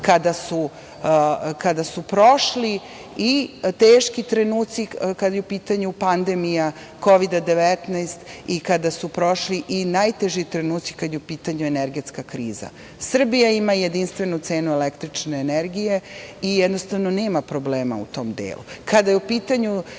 kada su prošli i teški trenuci kada je u pitanju pandemija Kovida 19, i kada su prošli i najteži trenuci kada je u pitanju energetska kriza. Srbija ima jedinstvenu cenu električne energije i nema problema u tom delu. Kada